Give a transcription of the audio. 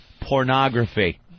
pornography